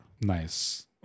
Nice